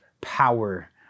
power